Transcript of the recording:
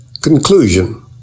Conclusion